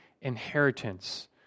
inheritance